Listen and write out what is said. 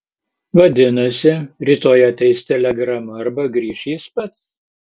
vadinasi rytoj ateis telegrama arba grįš jis pats